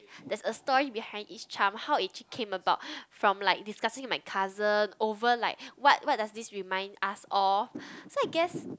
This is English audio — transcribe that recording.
there's a story behind each charm how it actually came about from like discussing with my cousin over like what what does this remind us of so I guess